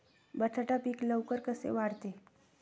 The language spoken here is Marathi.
बटाटा पीक लवकर कसे वाढते?